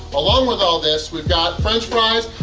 along with all this. we've got french fries!